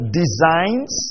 designs